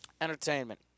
Entertainment